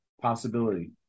possibility